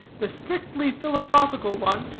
the strictly philosophical one,